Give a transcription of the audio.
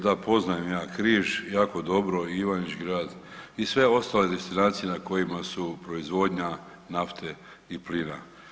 Da, poznajem ja Križ jako dobro i Ivanić Grad i sve ostale destinacije na kojima su proizvodnja nafte i plina.